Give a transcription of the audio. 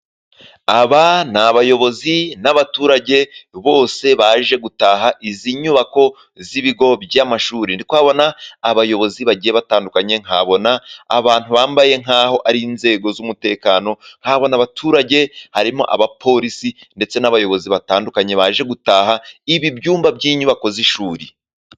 Aba ni abayobozi n'abaturage bose baje gutaha izi nyubako z'ibigo by'amashu. Ndi kuhabona abayobozi bagiye batandukanye, nkahabona abantu bambaye nk'aho ari inzego z'umutekano, nkahabona abaturage harimo abaporisi ndetse n'abayobozi batandukanye, baje gutaha ibi byumba by'inyubako z'ishuri.